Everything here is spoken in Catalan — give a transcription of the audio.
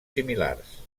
similars